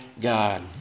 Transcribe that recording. God